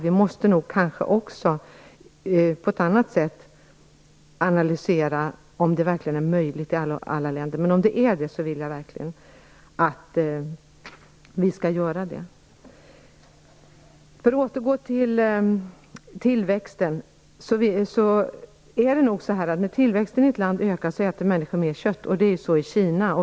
Vi måste nog också på ett annat sätt analysera om det verkligen är möjligt i alla länder. Om detta är möjligt vill jag verkligen att vi gör det. För att återkomma till det här med tillväxten kan jag säga att det nog är så att när tillväxten i ett land ökar, äter människor mera kött. Så är det i Kina.